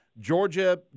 Georgia